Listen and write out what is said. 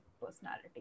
personality